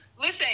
Listen